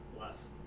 less